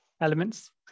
elements